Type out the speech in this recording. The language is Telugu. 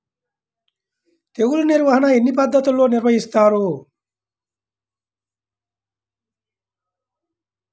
తెగులు నిర్వాహణ ఎన్ని పద్ధతుల్లో నిర్వహిస్తారు?